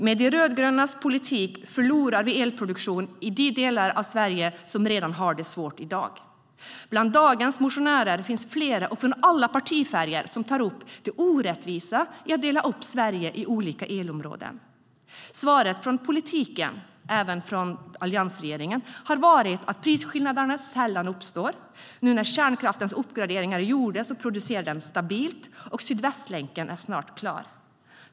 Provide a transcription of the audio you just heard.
Med de rödgrönas politik förlorar vi elproduktion i de delar av Sverige som redan har det svårt i dag. Bland dagens motionärer finns flera, från alla partifärger, som tar upp det orättvisa i att dela upp Sverige i elområden. Svaret från politiken, även från alliansregeringen, har varit att prisskillnaderna sällan uppstår. Nu när kärnkraftens uppgraderingar är gjorda så producerar den stabilt, och Sydvästlänken är snart klar.